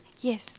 Yes